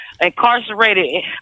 incarcerated